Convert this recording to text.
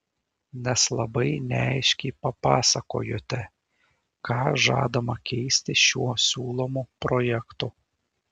nes labai neaiškiai papasakojote ką žadama keisti šiuo siūlomu projektu